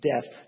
death